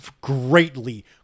greatly